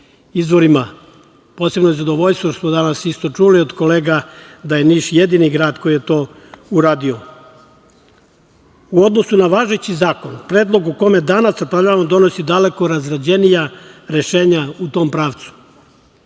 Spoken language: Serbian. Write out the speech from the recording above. izvorima. Posebno je zadovoljstvo što smo danas isto čuli od kolega da je Niš jedini grad koji je to uradio.U odnosu na važeći zakon predlog o kome danas raspravljamo donosi daleko razrađenija rešenja u tom pravcu.